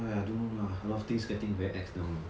!aiya! I don't know lah a lot of things getting very ex~ now lah